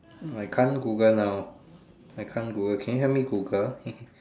hmm I can't Google now I can't Google can you help me Google